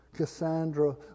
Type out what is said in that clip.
Cassandra